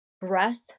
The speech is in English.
breath